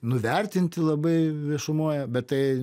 nuvertinti labai viešumoje bet tai